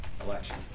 election